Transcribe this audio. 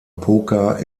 poker